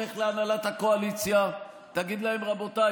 לך להנהלת הקואליציה ותגיד להם: רבותיי,